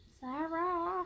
Sarah